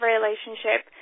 relationship